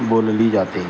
बोलली जाते